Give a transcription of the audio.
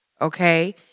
Okay